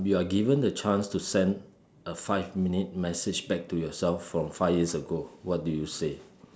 um you are given the chance to send a five minute message back to yourself from five years ago what do you say